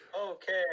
Okay